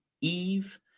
eve